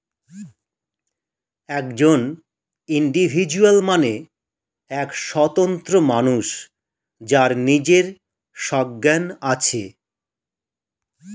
একজন ইন্ডিভিজুয়াল মানে এক স্বতন্ত্র মানুষ যার নিজের সজ্ঞান আছে